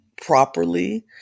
properly